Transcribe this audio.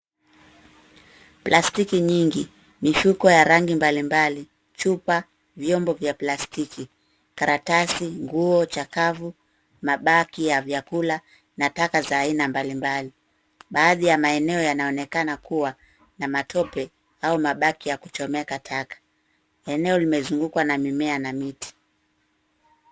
Plastiki nyingi, mifuko ya rangi mbalimbali, chupa, vyombo vya plastiki, karatasi, nguo chakavu, mabaki ya vyakula na taka za aina mbalimbali. Baadhi ya maeneo yanaonekana kuwa na matope au mabaki ya kuchomeka taka. Eneo limezungukwa na mimea na miti.